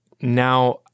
now